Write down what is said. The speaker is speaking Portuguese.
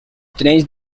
trens